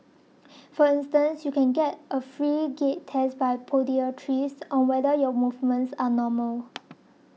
for instance you can get a free gait test by podiatrists on whether your movements are normal